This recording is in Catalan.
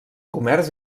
comerç